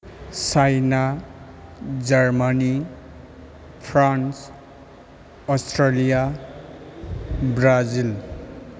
China Germany France Australia Brazil